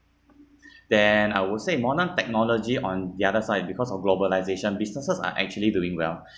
then I will say modern technology on the other side because of globalisation businesses are actually doing well